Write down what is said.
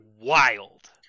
wild